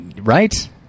Right